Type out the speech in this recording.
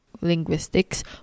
linguistics